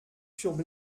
furent